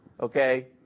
okay